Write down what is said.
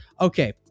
okay